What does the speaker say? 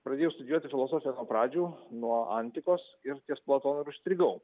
pradėjau studijuoti filosofiją nuo pradžių nuo antikos ir ties platonu ir užstrigau